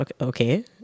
Okay